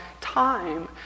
time